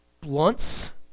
blunts